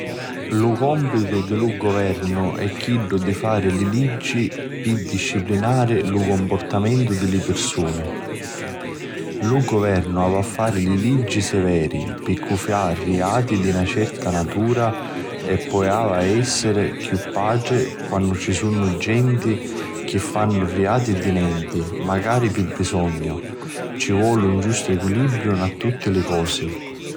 Lu compitu di lu guvernu è chiddu di fari li liggi pi disciplinari lu cumpurtamentu di li pirsuni. Lu guvernu avi a fari liggi severi pi cu' fa riati di na certa natura e poi avi a essiri chiù patri quannu ci sunnu genti chi fannu riati di nenti magari pi bisognu. Ci voli un giustu equilibriu nta tutti li cosi.